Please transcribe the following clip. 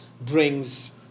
brings